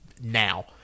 now